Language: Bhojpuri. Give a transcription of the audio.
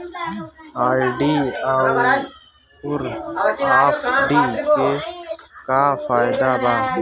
आर.डी आउर एफ.डी के का फायदा बा?